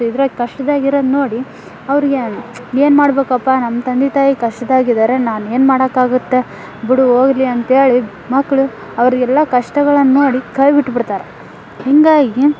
ಇದ್ರಾಗೆ ಕಷ್ಟ್ದಾಗಿರದು ನೋಡಿ ಅವರಿಗೆ ಏನು ಮಾಡ್ಬೇಕಪ್ಪ ನಮ್ಮ ತಂದೆ ತಾಯಿ ಕಷ್ಟದಾಗಿದ್ದಾರೆ ನಾನು ಏನು ಮಾಡೋಕ್ಕಾಗುತ್ತೆ ಬಿಡು ಹೋಗ್ಲಿ ಅಂತೇಳಿ ಮಕ್ಕಳು ಅವ್ರು ಎಲ್ಲ ಕಷ್ಟಗಳನ್ನು ನೋಡಿ ಕೈ ಬಿಟ್ಬಿಡ್ತಾರೆ ಹೀಗಾಗಿ